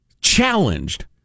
challenged